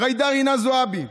ג'ידא רינאוי זועבי,